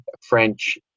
French